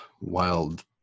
wild